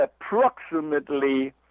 approximately